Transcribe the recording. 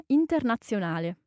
internazionale